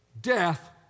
death